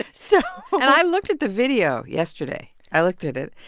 so. and i looked at the video yesterday. i looked at it.